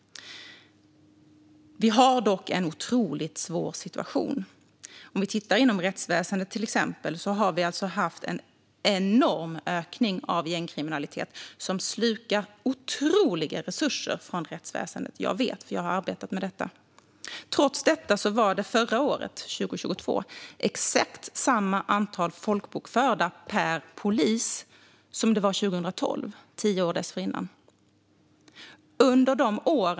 Vi har dock en otroligt svår situation. Inom till exempel rättsväsendet har vi haft en enorm ökning på grund av gängkriminaliteten. Det slukar otroliga resurser från rättsväsendet. Jag vet, eftersom jag har arbetat med detta. Trots det var antalet folkbokförda per polis förra året, 2022, exakt samma som 2012, tio år dessförinnan.